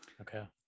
Okay